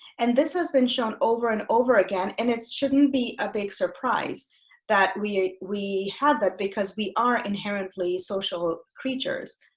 and this has been shown over and over again, and it shouldn't be a big surprise that we we have that because we are inherently social creatures.